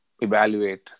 evaluate